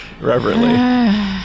Reverently